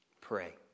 Pray